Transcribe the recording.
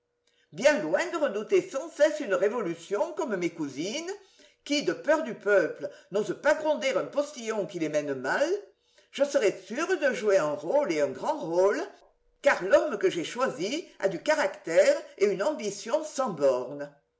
bien loin de redouter sans cesse une révolution comme mes cousines qui de peur du peuple n'osent pas gronder un postillon qui les mène mal je serai sûre de jouer un rôle et un grand rôle car l'homme que j'ai choisi a du caractère et une ambition sans bornes